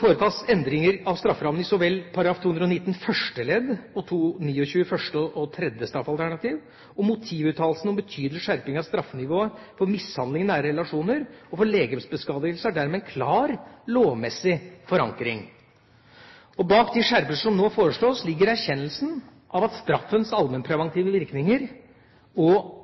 foretas endringer i strafferammene i så vel § 219 første ledd som i § 229 første og tredje straffalternativ. Motivuttalelsene om betydelig skjerping av straffenivået for mishandling i nære relasjoner og for legemsbeskadigelse har dermed en klar lovmessig forankring. Bak de skjerpelser som nå foreslås, ligger erkjennelsen av straffens allmennpreventive virkninger og